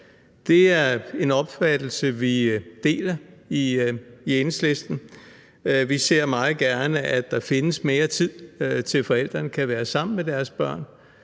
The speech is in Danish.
Det er en opfattelse, vi deler i Enhedslisten. Vi ser meget gerne, at der findes mere tid til, at forældrene kan være sammen med deres børn.